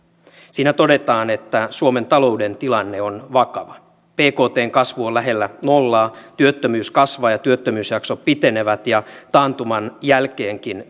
siinä todetaan että suomen talouden tilanne on vakava bktn kasvu on lähellä nollaa ja työttömyys kasvaa ja työttömyysjaksot pitenevät ja taantuman jälkeenkin